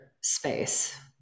space